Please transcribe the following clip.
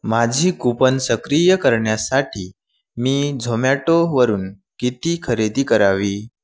माझी कूपन सक्रिय करण्यासाठी मी झोमॅटोवरून किती खरेदी करावी